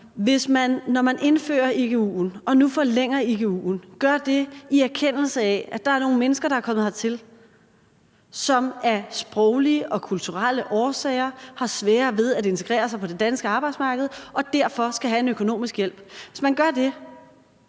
Hvis man, når man indfører igu'en og nu forlænger igu'en, gør det, i erkendelse af at der er nogle mennesker, der er kommet hertil, og som af sproglige og kulturelle årsager har sværere ved at integrere sig på det danske arbejdsmarked og derfor skal have en økonomisk hjælp, og hvis man gør det